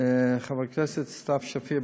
חברת הכנסת סתיו שפיר,